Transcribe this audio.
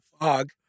Fog